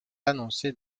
annoncée